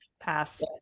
Pass